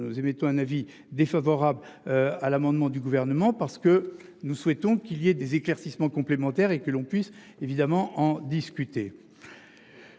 Nous émettons un avis défavorable. À l'amendement du gouvernement parce que nous souhaitons qu'il y ait des éclaircissements complémentaires et que l'on puisse évidemment en discuter.